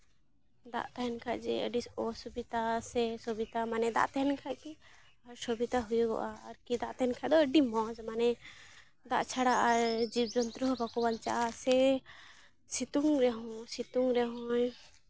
ᱫᱟᱜ ᱛᱟᱦᱮᱱ ᱠᱷᱟᱡ ᱡᱮ ᱟᱹᱰᱤ ᱚᱥᱩᱵᱤᱛᱟ ᱢᱟᱱᱮ ᱥᱩᱵᱤᱛᱟ ᱢᱟᱱᱮ ᱫᱟᱜ ᱛᱟᱦᱮᱱ ᱠᱷᱟᱡ ᱜᱮ ᱟᱨ ᱥᱩᱵᱤᱫᱷᱟ ᱦᱩᱭᱩᱜᱚᱜᱼᱟ ᱟᱨᱠᱤ ᱫᱟᱜ ᱛᱟᱦᱮᱱ ᱠᱷᱟᱡ ᱫᱚ ᱟᱹᱰᱤ ᱢᱚᱡᱽ ᱢᱟᱱᱮ ᱫᱟᱜ ᱪᱷᱟᱲᱟ ᱟᱨ ᱡᱤᱵᱽᱼᱡᱚᱱᱛᱩ ᱦᱚᱸ ᱵᱟᱠᱚ ᱵᱟᱧᱪᱟᱜᱼᱟ ᱥᱮ ᱥᱤᱛᱩᱝ ᱨᱮᱦᱚᱸ ᱥᱤᱛᱩᱝ ᱨᱮᱦᱚᱸᱭ